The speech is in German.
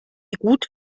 gut